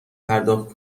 پرداخت